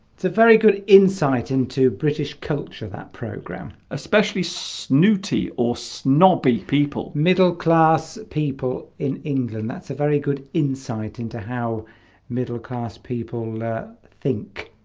it's a very good insight into british culture program especially snooty or snobby people middle-class people in england that's a very good insight into how middle-class people think